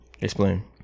Explain